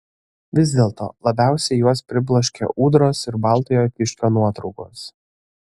vis dėlto labiausiai juos pribloškė ūdros ir baltojo kiškio nuotraukos